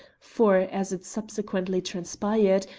for, as it subsequently transpired,